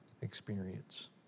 experience